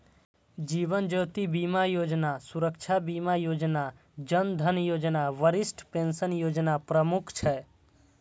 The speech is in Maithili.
जीवन ज्योति बीमा योजना, सुरक्षा बीमा योजना, जन धन योजना, वरिष्ठ पेंशन योजना प्रमुख छै